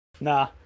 Nah